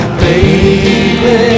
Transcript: baby